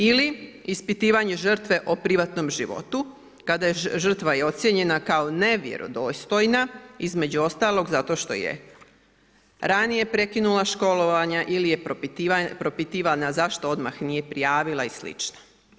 Ili ispitivanje žrtve o privatnom životu, kada je žrtva i ocijenjena kao nevjerodostojna, između ostalog zato što je ranije prekinula školovanje ili je propitivana zašto odmah nije prijavila i sl.